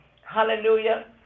Hallelujah